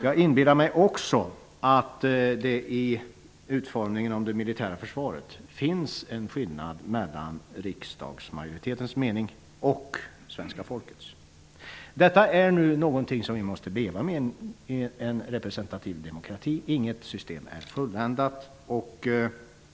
Jag inbillar mig att det också finns en skillnad mellan riksdagens och det svenska folkets mening när det gäller utformningen av det militära försvaret. Detta är någonting som man måste leva med i en representativ demokrati. Inget system är fulländat.